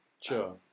Sure